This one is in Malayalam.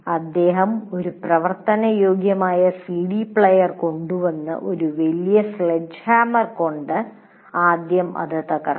അദ്ദേഹം ഒരു പ്രവർത്തനയോഗൃമായ സിഡി പ്ലെയർ കൊണ്ടുവന്ന് ഒരു വലിയ സ്ലെഡ്ജ്ഹാമർ കൊണ്ടു ആദ്യം അത് തകർക്കും